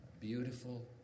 beautiful